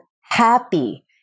happy